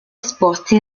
esposti